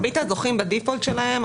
מרבית הדוחים בדיפולט שלהם,